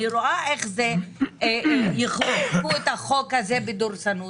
אני רואה איך יכפו את החוק הזה בדורסנות.